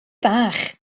fach